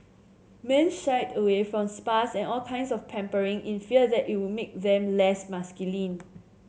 men shied away from spas and all kinds of pampering in fear that it would make them less masculine